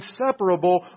inseparable